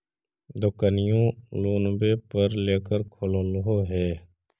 दोकनिओ लोनवे पर लेकर खोललहो हे?